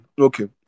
Okay